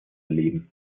leben